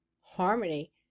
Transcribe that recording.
harmony